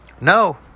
No